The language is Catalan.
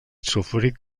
sulfúric